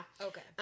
Okay